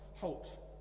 Halt